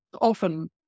Often